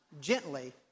gently